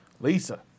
Lisa